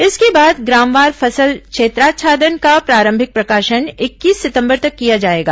इसके बाद ग्रामवार फसल क्षेत्राच्छादन का प्रारंभिक प्रकाशन इक्कीस सितंबर तक किया जाएगा